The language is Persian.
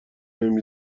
نمی